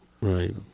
Right